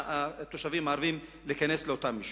מהתושבים הערבים להיכנס לאותם יישובים.